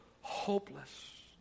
hopeless